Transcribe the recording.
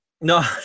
no